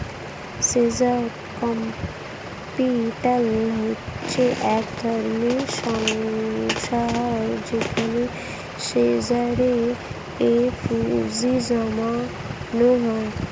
share capital হচ্ছে এক ধরনের সংস্থা যেখানে শেয়ারে এ পুঁজি জমানো হয়